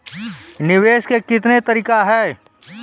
निवेश के कितने तरीका हैं?